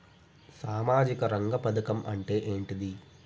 సామాజిక రంగ పథకం అంటే ఏంటిది?